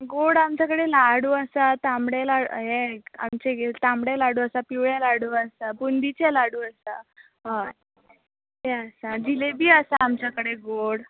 गोड आमच्या कडेन लाडू आसा तांबडे ला हे आमचे कितें तांबडे लाडू आसा पिवळे लाडू आसा बुंदीचे लाडू आसा हय ते आसा जिलेबी आसा आमच्या कडेन गोड